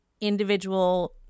individual